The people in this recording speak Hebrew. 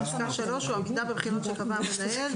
(3)עמידה בבחינות שקבע המנהל.